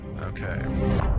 okay